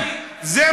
מה